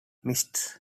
mists